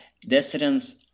descendants